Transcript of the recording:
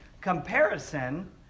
comparison